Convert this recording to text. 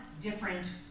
different